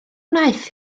wnaeth